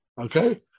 Okay